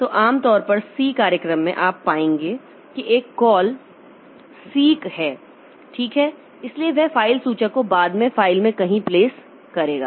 तो आम तौर पर सी कार्यक्रम में आप पाएंगे कि एक कॉल 1 सीक है ठीक है इसलिए वह फ़ाइल सूचक को बाद में फ़ाइल में कहीं प्लेस करेगा